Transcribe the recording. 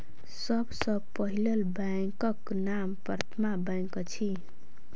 सभ सॅ पहिल बैंकक नाम प्रथमा बैंक अछि